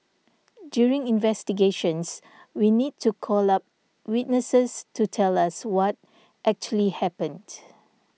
during investigations we need to call up witnesses to tell us what actually happened